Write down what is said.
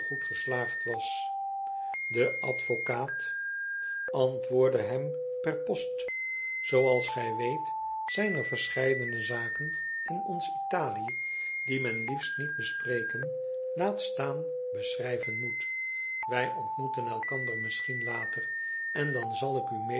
was antwoordde hem per post zooals gij weet zijn er verscheidene zaken in ons ï talie die men liefst niet bespreken laat staan beschrijven moet wij ontmoeten elkander misschien later en dan zal ik u